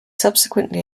subsequently